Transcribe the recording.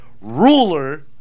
ruler